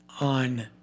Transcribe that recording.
on